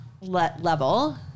level